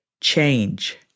change